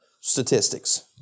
statistics